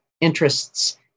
interests